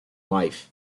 life